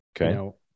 Okay